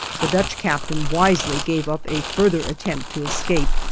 the dutch captain wisely gave up a further attempt to escape,